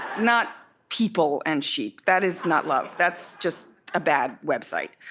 not people and sheep that is not love, that's just a bad website.